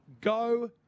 go